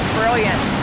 brilliant